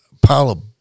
pile